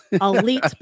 elite